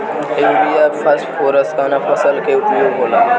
Urea phosphorus कवना फ़सल में उपयोग होला?